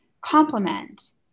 complement